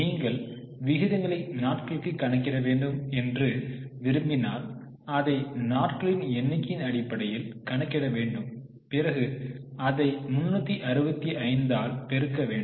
நீங்கள் விகிதங்களை நாட்களுக்கு கணக்கிட வேண்டும் என்று விரும்பினால் அதை நாட்களின் எண்ணிக்கையின் அடிப்படையில் கணக்கிட வேண்டும் பிறகு அதை 365 ஆல் பெருக்க வேண்டும்